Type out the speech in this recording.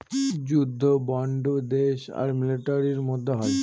যুদ্ধ বন্ড দেশ আর মিলিটারির মধ্যে হয়